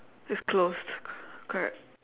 it's closed correct